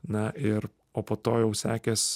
na ir o po to jau sekęs